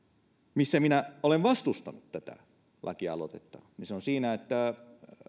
missä minä olen vastustanut tätä lakialoitetta on siinä että